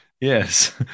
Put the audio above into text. Yes